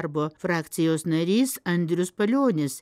darbo frakcijos narys andrius palionis